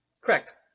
Correct